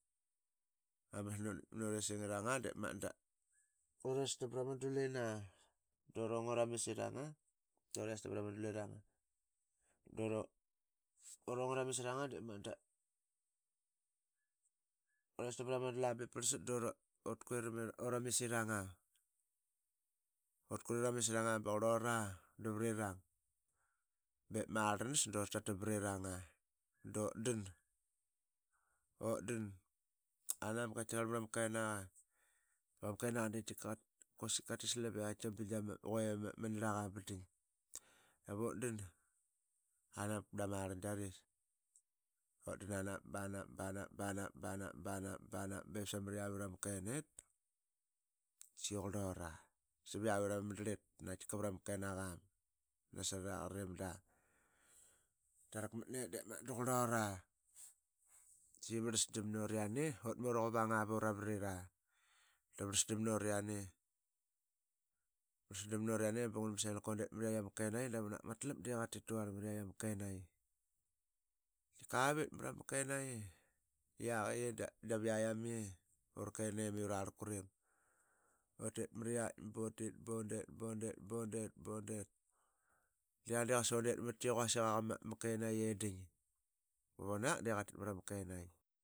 Masna ut ditkmat nama esingiranga de magat da urestam prama dulina. durong uramisiranga. durestan pramaduliranga. uronguramisiranga dep magat da urestam prama dula be prlsat dut kuram uramisirang. Utkuiruramisiranga da qurlura bep ma rlnas durtatam vriranga dutdan. Utdan anamak mrama kenaqama kenaqa de qaitaqarl quasik katit slap i bing dama i que ama nirlaqa ba ding. Davutdan anamak dama rlangiaris. utdan anamak. banamak. banamak banamak. banamak. banamak bep samat i yavit ama kenet. da saqi qurlura viavit ama madarlit naqaitika vrama kenaqam nasraqari mada ratakmatnet de magat da qurlora. De saqi vrlasdam nut qiani. utmuraquvanga vama madrlit. vrlasdam nut qian. vrlasdamnut qiani bun ngung uak ma selka utdet mriaiamakenaiyi dap unak ma tiap de qatituarl mriai ama kenaiyi. Qaitika vit mrama kenaiyi i yaqi da yayam qi. ura kenem i urarlktlrim. Utit mriatk bautit. bondet. bondet. bondet. bondet de ya de undet matqi i quasik aqa ma kenaiyi i ding davunak de qatit mrama kenaiyi.